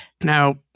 Now